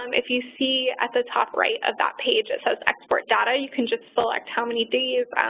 um if you see at the top right of that page it says export data. you can just select how many days,